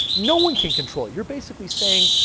no one can control it. you're basically saying,